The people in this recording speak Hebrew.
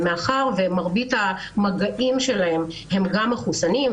מאחר שמרבית המגעים שלהם הם גם מחוסנים,